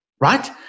right